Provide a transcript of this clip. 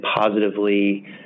positively